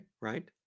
right